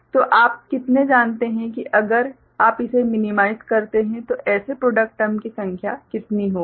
तो आप कितने जानते हैं कि अगर आप इसे मिनिमाइज़ करते हैं तो ऐसे प्रॉडक्ट टर्म की संख्या कितनी होंगी